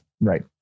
Right